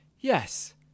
yes